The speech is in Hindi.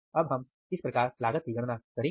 अब हम इस प्रकार लागत की गणना करेंगे